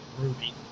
ruby